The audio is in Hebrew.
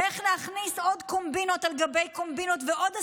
ואיך להכניס עוד קומבינות על גבי קומבינות ועוד עסקנות,